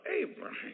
Abraham